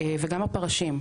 וגם הפרשים.